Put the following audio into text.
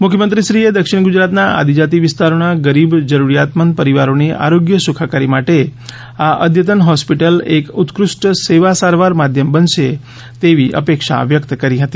મુખ્યમંત્રીશ્રીએ દક્ષિણ ગુજરાતના આદિજાતિ વિસ્તારોના ગરીબ જરૂરતમંદ પરિવારોની આરોગ્ય સુખાકારી માટે આ અદ્યતન હોસ્પિટલ એક ઉત્કૃષ્ટ સેવા સારવાર માધ્યમ બનશે તેવી અપેક્ષા વ્યકત કરી હતી